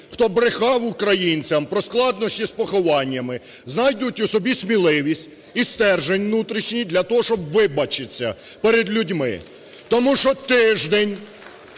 хто брехав українцям про складнощі з похованнями, знайдуть у собі сміливість і стержень внутрішній для того. щоб вибачитися перед людьми, тому що тиждень